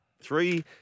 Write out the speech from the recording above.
Three